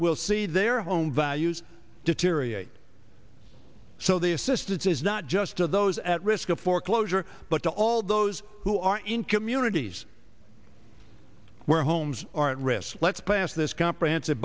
will see their home values deteriorate so the assistance is not just to those at risk of foreclosure but to all those who are in communities where homes are at risk let's pass this comprehensive